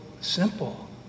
simple